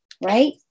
right